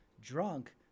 drunk